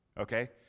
Okay